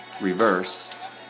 Reverse